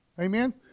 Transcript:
Amen